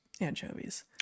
anchovies